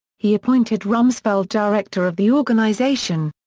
he appointed rumsfeld director of the organization.